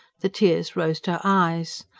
the tears rose to her eyes.